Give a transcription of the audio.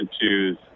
choose